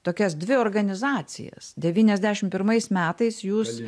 tokias dvi organizacijas devyniasdešim pirmais metais jūs